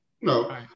No